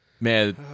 Man